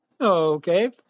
Okay